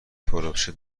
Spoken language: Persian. تربچه